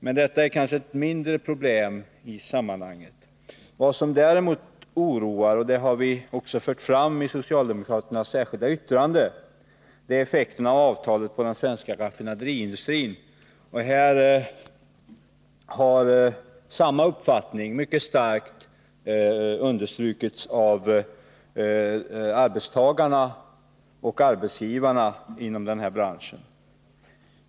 Men detta är kanske ett mindre problem i sammanhanget. Vad som däremot oroar, och det har vi också fört fram i socialdemokraternas särskilda yttrande, är effekten av avtalet på den svenska raffinaderiindustrin. Denna uppfattning har mycket starkt understrukits av arbetstagarna och arbetsgivarna inom den här branschen.